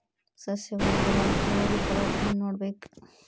ಸಸ್ಯಗಳು ಬಡಾನ್ ಇಳುವರಿ ಕೊಡಾಕ್ ಏನು ಮಾಡ್ಬೇಕ್?